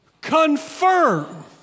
confirm